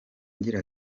agira